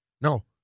No